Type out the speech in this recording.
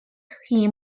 him